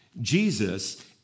Jesus